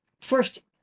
First